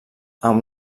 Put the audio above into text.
amb